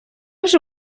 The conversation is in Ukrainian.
вже